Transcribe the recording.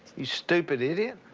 you stupid idiot.